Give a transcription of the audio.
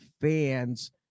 fans